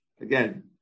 Again